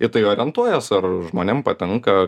į tai orientuojies ar žmonėm patinka